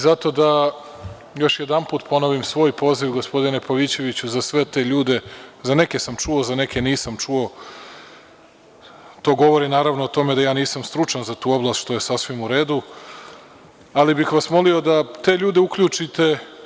Zato želim još jedanput da ponovim svoj poziv, gospodine Pavićeviću, za sve te ljude, za neke sam čuo, za neke nisam čuo, to govori, naravno, o tome da ja nisam stručan za tu oblast, što je sasvim uredu, ali bih vas molio da te ljude uključite.